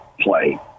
play